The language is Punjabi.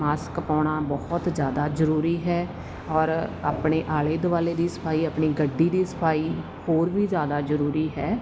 ਮਾਸਕ ਪਾਉਣਾ ਬਹੁਤ ਜ਼ਿਆਦਾ ਜ਼ਰੂਰੀ ਹੈ ਔਰ ਆਪਣੇ ਆਲੇ ਦੁਆਲੇ ਦੀ ਸਫਾਈ ਆਪਣੀ ਗੱਡੀ ਦੀ ਸਫਾਈ ਹੋਰ ਵੀ ਜ਼ਿਆਦਾ ਜ਼ਰੂਰੀ ਹੈ